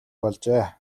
болжээ